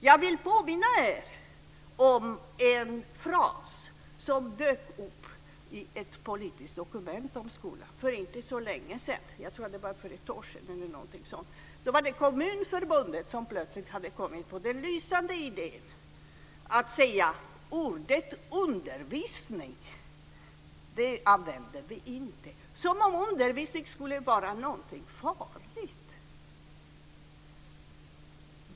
Jag vill påminna er om en fras som dök upp i ett politiskt dokument om skolan för inte så länge sedan - jag tror att det var ett år sedan eller så. Då var det Kommunförbundet som plötsligt hade kommit på den lysande idén att vi inte skulle använda ordet undervisning - som om undervisning skulle vara någonting farligt.